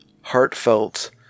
heartfelt